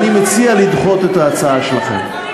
אני מציע לדחות את ההצעה שלכם.